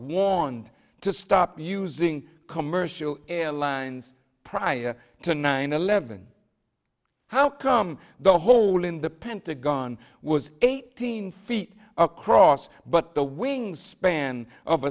warned to stop using commercial airlines prior to nine eleven how come the hole in the pentagon was eighteen feet across but the wings span of